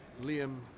Liam